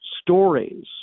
stories